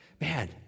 Man